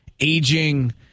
Aging